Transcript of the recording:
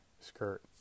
skirt